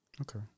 Okay